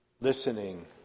listening